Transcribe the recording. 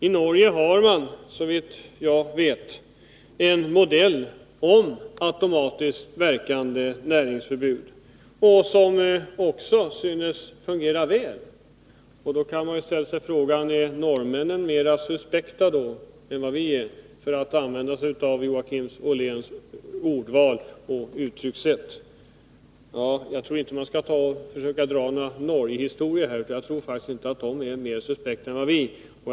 I Norge har man, såvitt jag vet, en modell till automatiskt verkande näringsförbud, som också synes fungera väl. Då kan man ställa sig frågan om norrmännen är mer suspekta än vi, för att använda sig av Joakim Olléns ordval och uttryckssätt. Jag tror inte att man skall försöka dra några Norgehistorier här, jag tror faktiskt inte att de är mer suspekta än vi är.